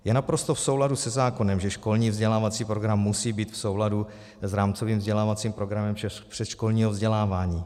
Je naprosto v souladu se zákonem, že školní vzdělávací program musí být v souladu s rámcovým vzdělávacím programem předškolního vzdělávání.